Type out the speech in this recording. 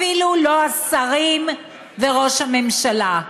אפילו לא השרים וראש הממשלה,